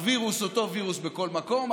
הווירוס אותו וירוס בכל מקום,